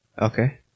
Okay